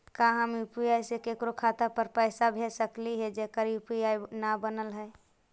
का हम यु.पी.आई से केकरो खाता पर पैसा भेज सकली हे जेकर यु.पी.आई न बनल है?